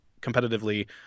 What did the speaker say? competitively